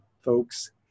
folks